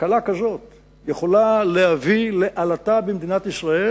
תקלה כזאת יכולה להביא לעלטה במדינת ישראל,